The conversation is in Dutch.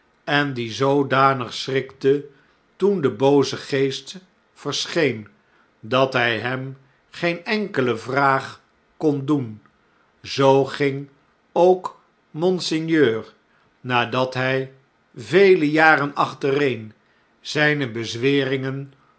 en die zoodanig schrikte toen de booze geest verscheen dat hjj hem feen enkele vraag kon doen zoo ging ook lonseigneur nadat hij vele jaren achtereen zjjne